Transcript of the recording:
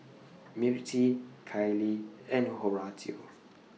Mirtie Kailey and Horatio